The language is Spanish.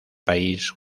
país